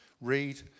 Read